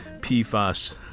PFAS